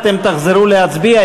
אתם תחזרו להצביע,